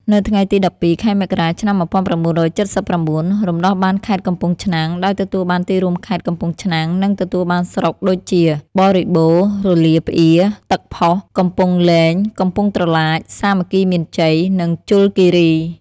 នៅថ្ងៃទី ១២ ខែមករា ឆ្នាំ ១៩៧៩ រំដោះបានខេត្តកំពង់ឆ្នាំង ដោយទទួលបានទីរួមខេត្ត កំពង់ឆ្នាំង និងទទួលបានស្រុកដូចជា បរិបូរណ៍ រលាប្អៀរ ទឹកផុស កំពង់លែង កំពង់ត្រឡាច សាមគ្គីមានជ័យ និងជលគីរី។